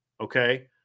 okay